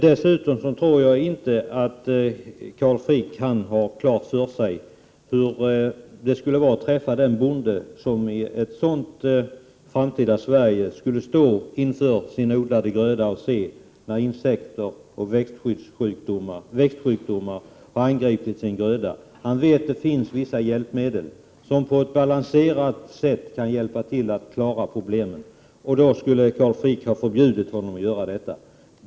Jag tror dessutom att Carl Frick inte har klart för sig hur det skulle vara att möta den bonde som i ett framtida Sverige stod inför sin odlade gröda och såg hur insekter och växtsjukdomar har angripit hans gröda. Han vet att det finns vissa hjälpmedel som på ett balanserat sätt kan hjälpa till att klara problemen, men då skulle Carl Frick ha förbjudit honom att använda sig av dessa.